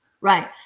Right